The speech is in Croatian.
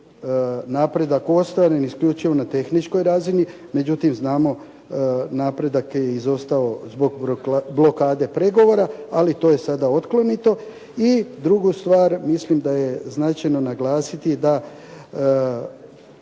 napredak ostvaren isključivo na tehničkoj razini. Međutim znamo napredak je izostao zbog blokade pregovora. Ali to je sada otklonito. I drugu stvar, mislim da je značajno naglasiti da